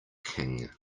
king